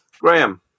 Graham